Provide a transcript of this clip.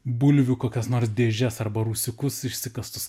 bulvių kokias nors dėžes arba rūsiukus išsikastus